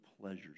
pleasures